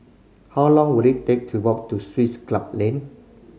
how long will it take to walk to Swiss Club Lane